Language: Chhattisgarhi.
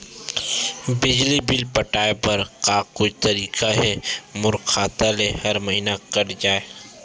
बिजली बिल पटाय बर का कोई तरीका हे मोर खाता ले हर महीना कट जाय?